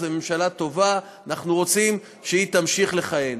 זאת ממשלה טובה, אנחנו רוצים שהיא תמשיך לכהן.